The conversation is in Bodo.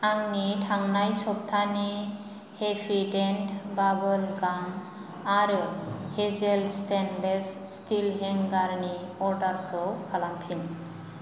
आंनि थांनाय सबथानि हेपिडेन्ट बाबोल गाम आरो हेजेल स्टेनलेस स्टिल हेंगार नि अर्डार खौ खालामफिन